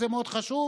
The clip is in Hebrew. זה מאוד חשוב,